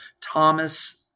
Thomas